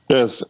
Yes